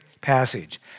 passage